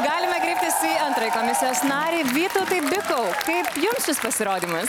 galima kreiptis į antrąjį komisijos narį vytautai bikau kaip jums šis pasirodymas